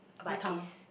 U-Town